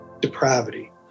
depravity